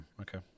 okay